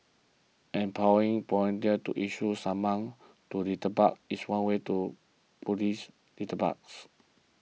empowering volunteers to issue summonses to litterbugs is one way to police litterbugs